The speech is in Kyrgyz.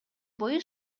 бою